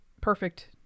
perfect